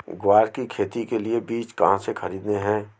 ग्वार की खेती के लिए बीज कहाँ से खरीदने हैं?